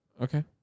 Okay